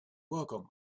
welcome